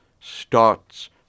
starts